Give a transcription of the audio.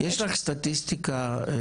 האם יש סטטיסטיקות שמראות